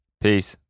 Peace